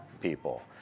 people